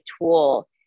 tool